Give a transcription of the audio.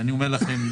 אני אומר לכם,